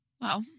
Wow